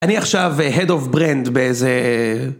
אני עכשו head of brand באיזה...